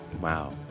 Wow